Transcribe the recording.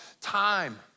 time